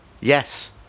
Yes